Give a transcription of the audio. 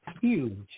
huge